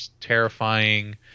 terrifying